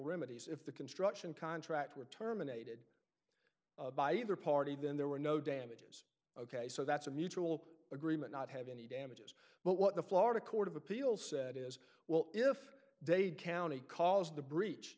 remedies if the construction contract were terminated by either party then there were no damages ok so that's a mutual agreement not have any damages but what the florida court of appeals said is well if they'd county caused the breach